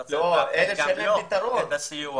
אתה צריך לתת גם לו את הסיוע.